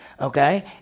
Okay